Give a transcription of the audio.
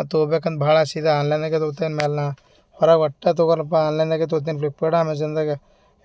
ಅದು ತೋಬೇಕಂತ ಭಾಳ ಆಸೆ ಇದೆ ಆನ್ಲೈನಾಗ ತೋತಿನ್ಮೇಲೆ ನಾ ಹೊರ ಒಟ್ಟು ತಗೊಲಪ್ಪ ಆನ್ಲೈನಾಗೆ ತೋತಿನಿ ಫ್ಲಿಪ್ಕಾರ್ಟ ಅಮೆಝಾನ್ದಾಗೆ